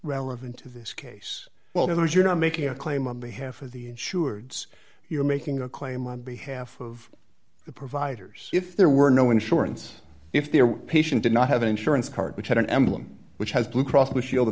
relevant to this case well there's you're not making a claim on behalf of the insureds you're making a claim on behalf of the providers if there were no insurance if their patient did not have an insurance card which had an emblem which has blue cross blue shield of